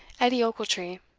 edie ochiltree.